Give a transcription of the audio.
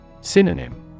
Synonym